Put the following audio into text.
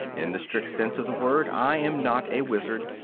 in the strict sense of the word i am not a wizard,